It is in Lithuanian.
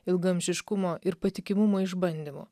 ilgaamžiškumo ir patikimumo išbandymų